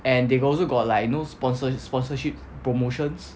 and they got also got like you know sponsor sponsorship promotions